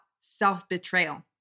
self-betrayal